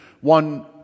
one